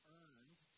earned